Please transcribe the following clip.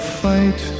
fight